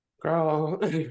Girl